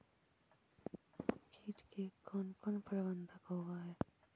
किट के कोन कोन प्रबंधक होब हइ?